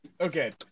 Okay